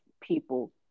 people